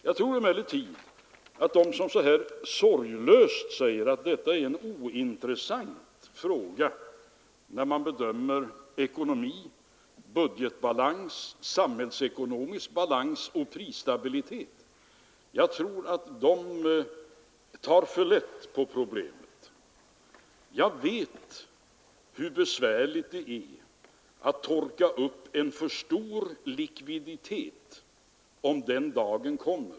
Jag tror emellertid att de som så här sorglöst säger att det är ointressant att på detta sätt bedöma ekonomi, budgetbalans, samhällsekonomisk balans och prisstabilitet tar för lätt på problemet. Jag vet hur besvärligt det är att torka upp en för stor likviditet, om den dagen kommer.